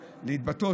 להתבטא,